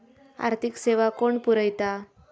आर्थिक सेवा कोण पुरयता?